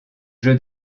jeu